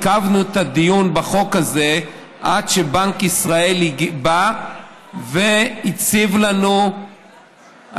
עיכבנו את הדיון בחוק הזה עד שבנק ישראל בא והציב לנו אלטרנטיבות.